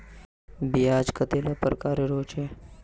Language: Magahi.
ब्याज कतेला प्रकारेर होचे?